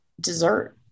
dessert